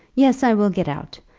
yes i will get out.